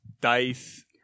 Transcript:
dice